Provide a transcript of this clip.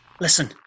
Listen